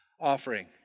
offering